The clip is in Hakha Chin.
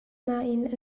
nain